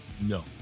No